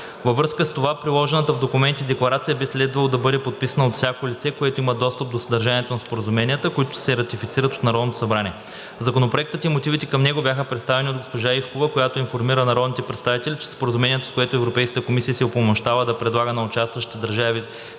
Във връзка с това приложената в документите декларация би следвало да бъде подписана от всяко лице, което има достъп до съдържанието на споразуменията, които се ратифицират от Народното събрание. Законопроектът и мотивите към него бяха представени от госпожа Ивкова, която информира народните представители, че Споразумението, с което Европейската комисия се упълномощава да предлага на участващите държави